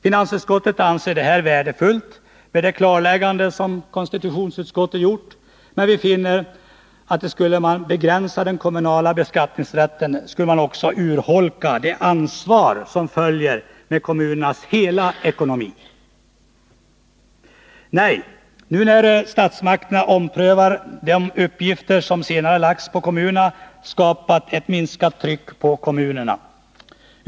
Finansutskottet anser det klarläggande som konstitutionsutskottet gjort värdefullt. Men skulle man begränsa den kommunala beskattningsrätten skulle man också urholka det ansvar som därmed följer för kommunens hela ekonomi. Nej, när statsmakterna nu omprövar de uppgifter som senast lagts på kommunerna, skapas ett minskat tryck på kommunerna.